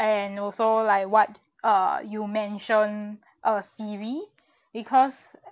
and also like what uh you mentioned uh siri because